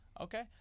Okay